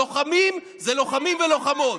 "לוחמים" זה לוחמים ולוחמות.